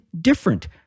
different